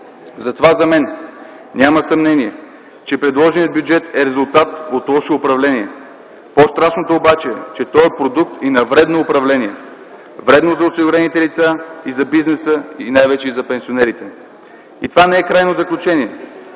Затова за мен няма съмнение, че предложеният бюджет е резултат от лошо управление. По-страшното обаче е, че той е продукт и на вредно управление - вредно за осигурените лица и за бизнеса и най-вече за пенсионерите. И това не е крайно заключение.